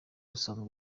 busanzwe